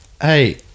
Hey